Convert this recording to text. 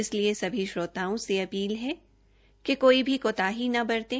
इसलिए सभी श्रोताओं से अपील है कि कोई भी कोताही न बरतें